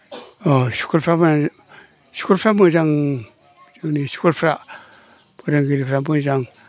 अ स्कुलफ्रा स्कुलफ्रा मोजां जोंनि स्कुलफ्रा फोरोंगिरिफ्रा मोजां